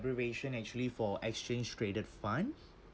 abbreviation actually for exchange traded fund